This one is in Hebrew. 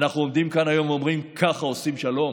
אנחנו עומדים כאן היום ואומרים: ככה עושים שלום.